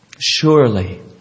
Surely